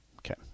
Okay